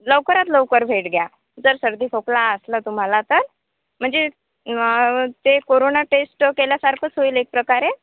लवकरात लवकर भेट घ्या जर सर्दी खोकला असला तुम्हाला तर म्हणजे ते कोरोना टेस्ट केल्यासारखंच होईल एकप्रकारे